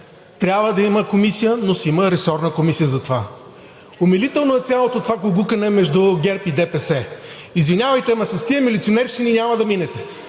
Трябва да има комисия, но си има ресорна комисия за това. Умилително е цялото това гугукане между ГЕРБ и ДПС. Извинявайте, ама с тия милиционерщини няма да минете.